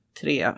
tre